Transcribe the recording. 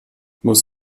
muss